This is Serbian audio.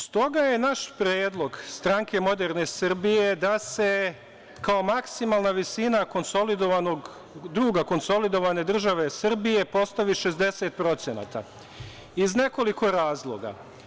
Stoga je naš predlog, Stranke moderne Srbije da se kao maksimalna visina duga konsolidovane države Srbije postavi 60% iz nekoliko razloga.